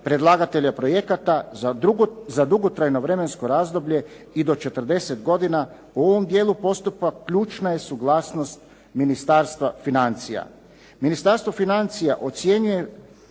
predlagatelja projekata za dugotrajno vremensko razdoblje i do 40 godina. U ovom dijelu postupka ključna je suglasnost Ministarstva financija.